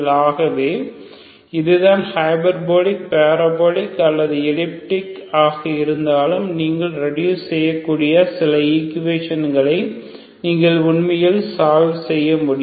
ஆகவே இதுதான் hyperbolic parabolic அல்லது எலிப்டிக் ஆக இருந்தாலும் நீங்கள் ரெடுஸ் செய்யக்கூடிய சில ஈக்கு வேஷன்களை நீங்கள் உண்மையில் சால்வ் செய்ய முடியும்